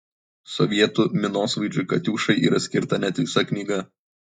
sovietų minosvaidžiui katiušai yra skirta net visa knyga